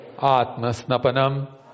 atmasnapanam